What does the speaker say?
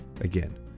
Again